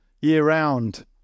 year-round